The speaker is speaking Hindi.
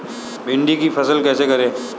भिंडी की फसल कैसे करें?